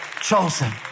Chosen